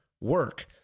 work